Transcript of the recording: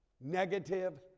negative